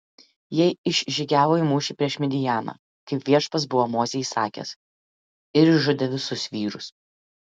jie išžygiavo į mūšį prieš midjaną kaip viešpats buvo mozei įsakęs ir išžudė visus vyrus